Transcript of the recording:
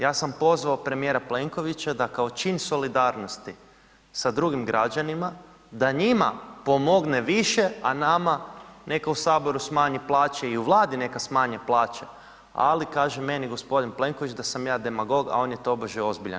Ja sam pozvao premijera Plenkovića da kao čin solidarnosti sa drugim građanima, da njima pomogne više a nama neka u Saboru smanji plaće i u Vladi neka smanji plaće, ali kaže meni g. Plenković da sam ja demagog a on je tobože ozbiljan.